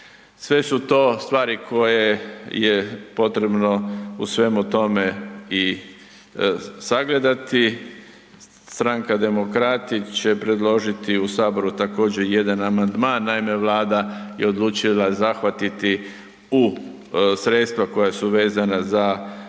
Sve su to stvari koje je potrebno u svemu tome i sagledati. Stranka Demokrati će predložiti u saboru također jedan amandman. Naime, Vlada je odlučila zahvatiti u sredstva koja su vezana za